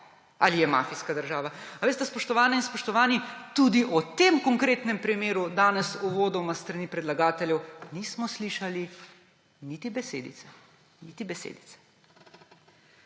Ali je mafijska država? A veste, spoštovane in spoštovani, tudi o tem konkretnem primeru danes uvodoma s strani predlagateljev nismo slišali niti besedice. Niti besedice.